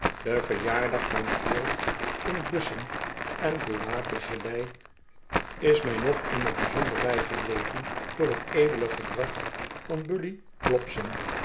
de verjaardag van t wild in bussen en de guavagelei is mij nog in t bijzonder bijgebleven door t edele gedrag van bully